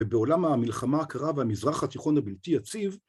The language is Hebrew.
ובעולם המלחמה הקרה והמזרח התיכון הבלתי יציב